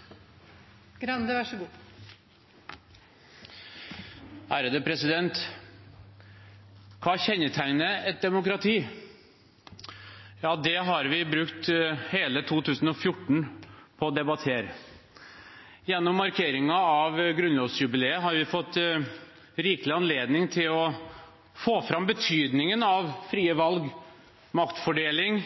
samfunnet er så viktig for regjeringens prioriteringer framover. Hva kjennetegner et demokrati? Det har vi brukt hele 2014 på å debattere. Gjennom markeringen av grunnlovsjubileet har vi fått rikelig anledning til å få fram betydningen av frie valg, maktfordeling